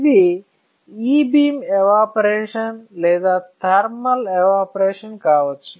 ఇది E beam evaporation లేదా thermal evaporation కావచ్చు